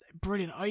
brilliant